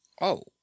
Oh